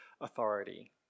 authority